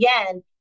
again